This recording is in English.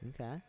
Okay